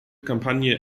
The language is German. kampagne